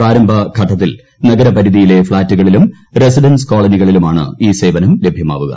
പ്രാരംഭഘട്ടത്തിൽ നഗരപരിധിയിലെ ഫ്ളാറ്റുകളിലും റെസിഡന്റ്സ് കോളനികളിലൂമാണ് ഈ സേവനം ലഭ്യമാവുക